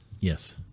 Yes